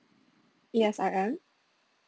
yes I am